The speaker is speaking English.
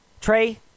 Trey